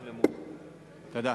תודה.